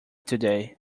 today